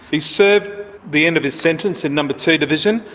he served the end of his sentence in number two division,